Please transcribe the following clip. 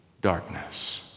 Darkness